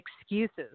excuses